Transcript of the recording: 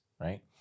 right